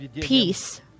peace